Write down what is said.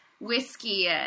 Whiskey